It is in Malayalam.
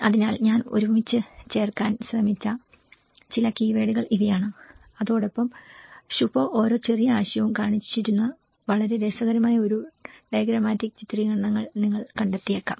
അതിനാൽ ഞാൻ ഒരുമിച്ച് ചേർക്കാൻ ശ്രമിച്ച ചില കീവേഡുകൾ ഇവയാണ് അതോടൊപ്പം ശുഭോ ഓരോ ചെറിയ ആശയവും കാണിച്ചിരിക്കുന്ന വളരെ രസകരമായ ഒരു ഡയഗ്രമാറ്റിക് ചിത്രീകരണങ്ങൾ നിങ്ങൾ കണ്ടെത്തിയേക്കാം